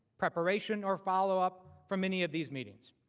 preparation or follow-up from any of these meetings.